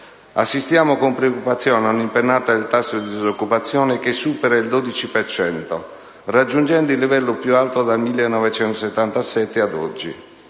assistiamo con preoccupazione ad un'impennata del tasso di disoccupazione, che supera il 12 per cento, raggiungendo il livello più alto dal 1977 ad oggi.